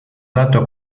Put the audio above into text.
dato